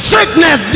Sickness